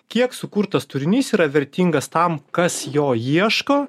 kiek sukurtas turinys yra vertingas tam kas jo ieško